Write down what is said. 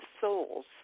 souls